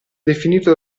definito